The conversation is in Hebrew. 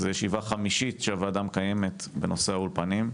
זו הישיבה החמישית שהוועדה מקיימת בנושא האולפנים,